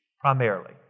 primarily